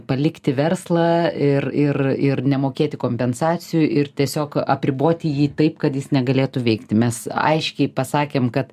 palikti verslą ir ir ir nemokėti kompensacijų ir tiesiog apriboti jį taip kad jis negalėtų veikti mes aiškiai pasakėm kad